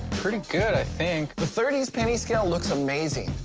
pretty good, i think. the thirty s penny scale looks amazing,